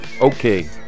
Okay